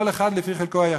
כל אחד לפי חלקו היחסי.